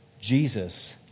Jesus